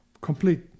complete